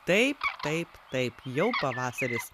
taip taip taip jau pavasaris